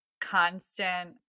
constant